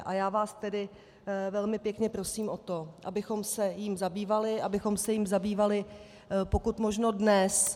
A já vás tedy velmi pěkně prosím o to, abychom se jím zabývali, abychom se jím zabývali pokud možno dnes.